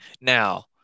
Now